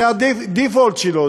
זה ה-default שלו,